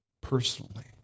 personally